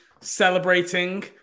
celebrating